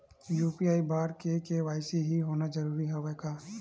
UPI बर KYC होना जरूरी हवय का?